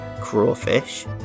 crawfish